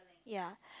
ya